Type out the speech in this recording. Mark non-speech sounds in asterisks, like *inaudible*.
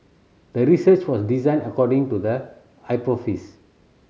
the research was designed according to the *unintelligible*